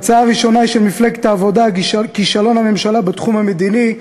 ההצעה הראשונה היא של מפלגת העבודה: כישלון הממשלה בתחום המדיני.